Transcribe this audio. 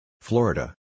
Florida